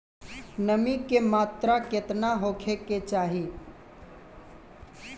नमी के मात्रा केतना होखे के चाही?